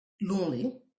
lonely